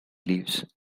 leaves